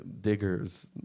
digger's